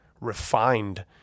refined